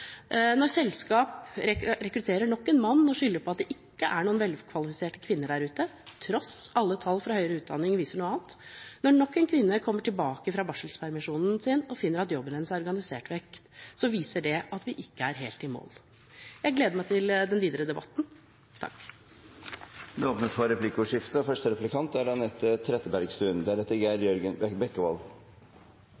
når selskap rekrutterer nok en mann og skylder på at det ikke er noen velkvalifiserte kvinner der ute, til tross for at alle tall fra høyere utdanning viser noe annet, når nok en kvinne kommer tilbake fra barselpermisjon og finner at jobben hennes er organisert vekk, viser det at vi ikke er helt i mål. Jeg gleder meg til den videre debatten. Det blir replikkordskifte. Det er